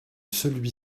celui